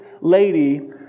lady